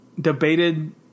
debated